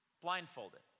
blindfolded